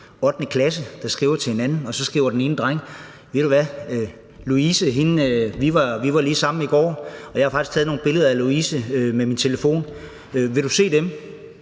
8. klasse, der skriver til hinanden, og så skriver den ene dreng: Ved du hvad? Louise og jeg var lige sammen i går, og jeg har faktisk taget nogle billeder af Louise med min telefon. Vil du se dem?